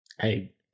Hey